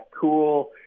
cool